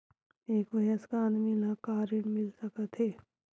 एक वयस्क आदमी ल का ऋण मिल सकथे?